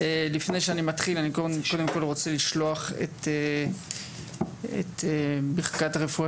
לפני שאני מתחיל אני קודם כל רוצה לשלוח את ברכת הרפואה